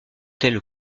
telle